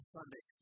Sunday